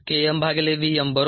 46